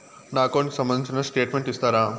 నా అకౌంట్ కు సంబంధించిన స్టేట్మెంట్స్ ఇస్తారా